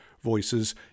voices